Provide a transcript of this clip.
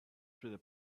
through